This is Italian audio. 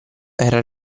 verrà